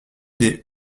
des